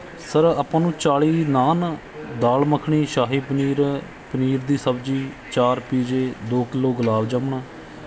sir ਆਪਾਂ ਨੂੰ ਚਾਲੀ ਨਾਨ ਦਾਲ ਮੱਖਣੀ ਸ਼ਾਹੀ ਪਨੀਰ ਪਨੀਰ ਦੀ ਸਬਜ਼ੀ ਚਾਰ ਪੀਜ਼ੇ ਦੋ ਕਿਲੋ ਗੁਲਾਬ ਜਾਮਣਾ